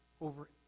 over